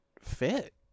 fit